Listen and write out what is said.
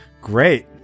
Great